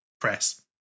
press